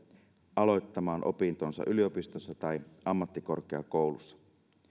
aloittamaan opintonsa yliopistossa tai ammattikorkeakoulussa